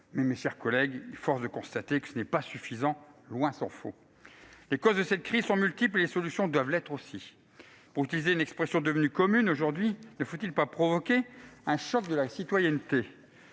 Mais force est de constater que ce n'est pas suffisant. Tant s'en faut ! Les causes de cette crise sont multiples et les solutions doivent l'être aussi. Pour utiliser une expression devenue commune aujourd'hui, ne faut-il pas provoquer un choc de la citoyenneté ?